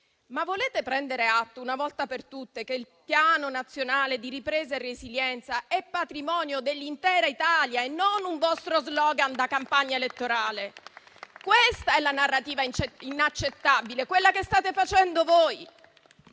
Ma volete prendere atto una volta per tutte che il Piano nazionale di ripresa e resilienza è patrimonio dell'intera Italia e non un vostro *slogan* da campagna elettorale? La narrativa inaccettabile è quella che state facendo voi.